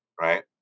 Right